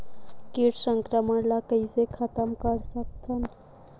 कीट संक्रमण ला कइसे खतम कर सकथन?